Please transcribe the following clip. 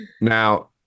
now